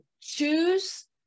choose